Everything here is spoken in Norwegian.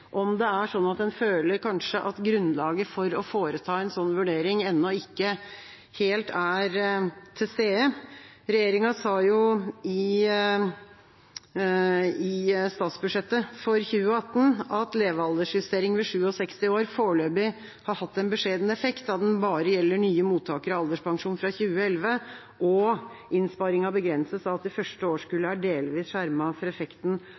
om det er sånn at en kanskje føler at grunnlaget for å foreta en sånn vurdering ennå ikke helt er til stede. Regjeringa sa jo i forbindelse med statsbudsjettet for 2018 at levealderjustering ved 67 år foreløpig har hatt en beskjeden effekt, da den bare gjelder nye mottakere av alderspensjon fra 2011 og innsparingen begrenses av at de første årskullene er delvis skjermet for effekten